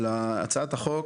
אבל הצעת החוק